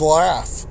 laugh